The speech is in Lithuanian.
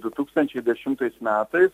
du tūkstančiai dešimais metais